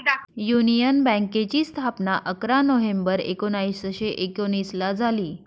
union बँकेची स्थापना अकरा नोव्हेंबर एकोणीसशे एकोनिसला झाली